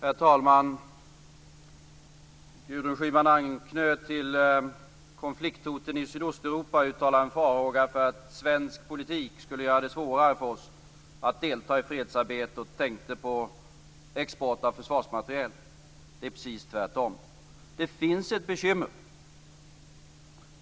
Herr talman! Gudrun Schyman anknöt till konflikhoten i Sydosteuropa och uttalade en farhåga för att svensk politik skulle göra det svårare för oss att delta i fredsarbete. Hon tänkte då på export av försvarsmateriel. Det är precis tvärtom. Det finns ett bekymmer.